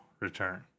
return